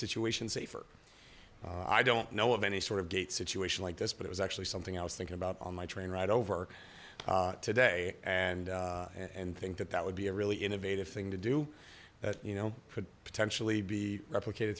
situation safer i don't know of any sort of gate situation like this but it was actually something i was thinking about on my train ride over today and and think that that would be a really innovative thing to do that you know could potentially be replicated